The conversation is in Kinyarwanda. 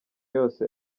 yose